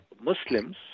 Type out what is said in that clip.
Muslims